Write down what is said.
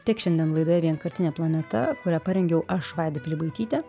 tik šiandien laidoje vienkartinė planeta kurią parengiau aš vaida pilibaitytė